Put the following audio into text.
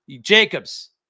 Jacobs